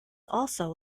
also